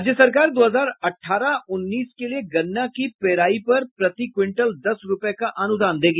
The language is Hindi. राज्य सरकार दो हजार अठारह उन्नीस के लिए गन्ना की पेराई पर प्रति क्विंटल दस रूपये का अनुदान देगी